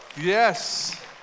Yes